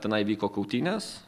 tenai vyko kautynės